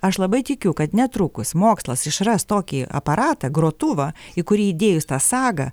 aš labai tikiu kad netrukus mokslas išras tokį aparatą grotuvą į kurį įdėjus tą sagą